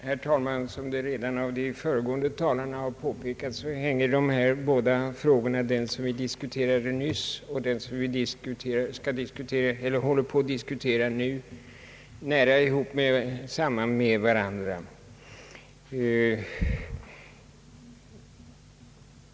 Herr talman! Som redan den föregående talaren påpekat hänger den fråga som vi nyss behandlade och det ärende som vi nu håller på att diskutera nära samman med varandra.